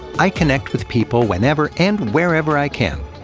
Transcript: i connect with people whenever and wherever i can.